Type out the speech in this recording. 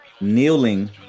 Kneeling